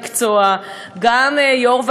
גם גורמי המקצוע,